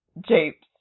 japes